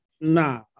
nah